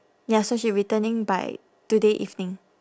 ya so she returning by today evening